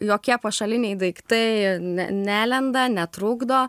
jokie pašaliniai daiktai ne nelenda netrukdo